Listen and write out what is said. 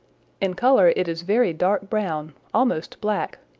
in color it is very dark-brown, almost black,